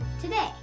today